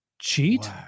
Cheat